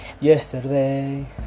Yesterday